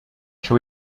shall